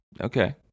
Okay